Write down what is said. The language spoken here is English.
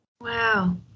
Wow